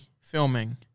filming